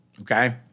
okay